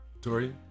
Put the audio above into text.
Tori